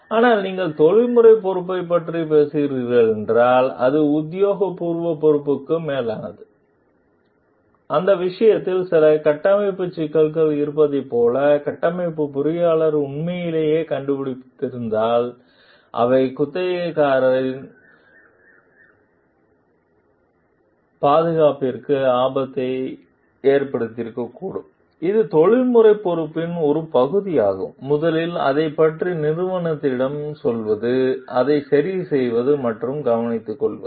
ஆனால் நீங்கள் தொழில்முறை பொறுப்பைப் பற்றி பேசுகிறீர்கள் என்றால் அது உத்தியோகபூர்வ பொறுப்புக்கு மேலானது அந்த விஷயத்தில் சில கட்டமைப்பு சிக்கல்கள் இருப்பதைப் போல கட்டமைப்பு பொறியாளர் உண்மையிலேயே கண்டுபிடித்திருந்தால் அவை குத்தகைதாரரின் பாதுகாப்பிற்கு ஆபத்தை ஏற்படுத்தக்கூடும் இது தொழில்முறை பொறுப்பின் ஒரு பகுதியாகும் முதலில் அதைப் பற்றி நிறுவனத்திடம் சொல்வது அதை சரிசெய்வது மற்றும் கவனித்துக்கொள்வது